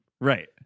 Right